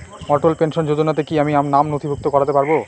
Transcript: অটল pension যোজনাতে কি আমি নাম নথিভুক্ত করতে পারবো?